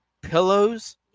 pillows